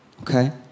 okay